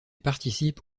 participe